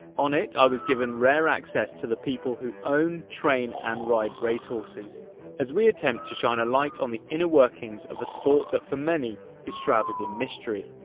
on it, i was given rare access to the people who own, train and ride race horses as we attempt to shine a light on the inner workings of a sport, that for many, is shrouded in mystery.